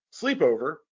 sleepover